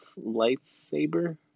lightsaber